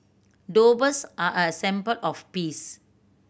doves are a symbol of peace